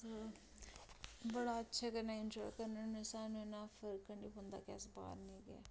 बड़ा अच्छे कन्नै इन्जाय करने होन्ने कि सानूं इ'न्ना फर्क हैनी पौंदा कि अस बाह्र नी गे